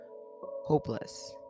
hopeless